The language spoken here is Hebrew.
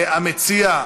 המציע,